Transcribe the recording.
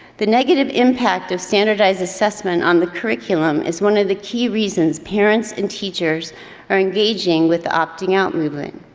the negative impact of standardized assessment on the curriculum is one of the key reasons parents and teachers are engaging with opting-out movement.